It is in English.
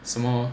什么